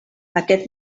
aquest